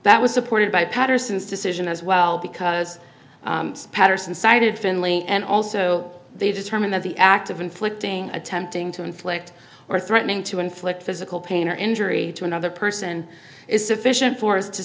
that was supported by patterson's decision as well because patterson cited finley and also they determined that the act of inflicting attempting to inflict or threatening to inflict physical pain or injury to another person is sufficient for